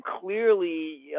clearly